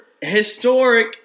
historic